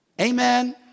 Amen